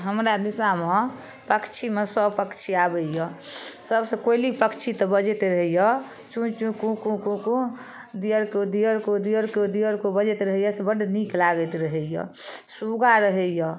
हमरा दिशामे पक्षीमे सब पक्षी आबैए सबसँ कोइली पक्षी तऽ बजैत रहैए चूँ चूँ कूँ कूँ कूँ कूँ दिअरको दियरको दिअरको दिअरको बजैत रहैए से बड़ नीक लागैत रहैए सुग्गा रहैए